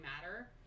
matter